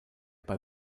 bei